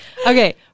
Okay